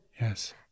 Yes